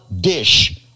dish